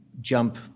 jump